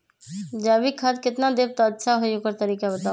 जैविक खाद केतना देब त अच्छा होइ ओकर तरीका बताई?